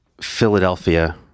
Philadelphia